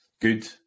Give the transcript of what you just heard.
good